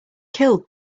killed